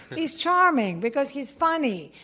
he's charming because he's funny.